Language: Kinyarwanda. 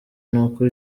n’uko